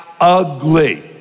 ugly